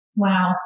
Wow